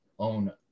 own